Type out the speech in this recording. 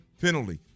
Penalty